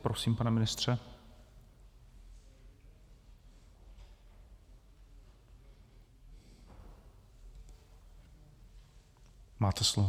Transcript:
Prosím, pane ministře, máte slovo.